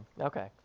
Okay